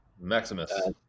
Maximus